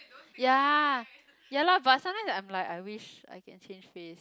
ya ya lor but sometimes I'm like I wished I can change face